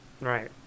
Right